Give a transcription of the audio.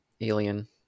Alien